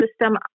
system